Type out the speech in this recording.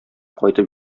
кайтып